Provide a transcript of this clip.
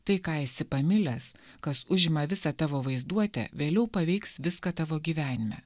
tai ką esi pamilęs kas užima visą tavo vaizduotę vėliau paveiks viską tavo gyvenime